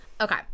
okay